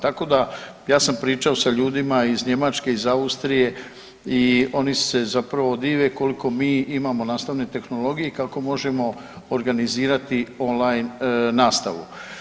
Tako da ja sam pričao sa ljudima iz Njemačke, iz Austrije i oni se zapravo dive koliko mi imamo nastavne tehnologije i kako možemo organizirati online nastavu.